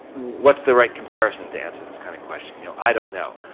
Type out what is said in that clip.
what's the right comparison to answer this kind of question, you know? i don't know.